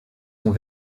sont